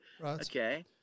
okay